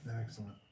Excellent